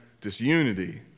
disunity